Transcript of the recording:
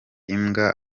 imbwa